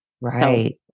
Right